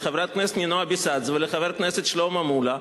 לחברת הכנסת נינו אבסדזה ולחבר הכנסת שלמה מולה,